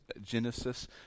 Genesis